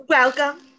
Welcome